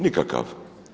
Nikakav.